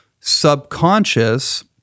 subconscious